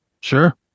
Sure